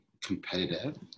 competitive